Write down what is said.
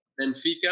Benfica